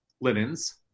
linens